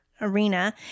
arena